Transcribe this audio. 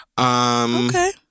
Okay